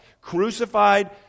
Crucified